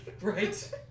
Right